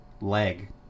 leg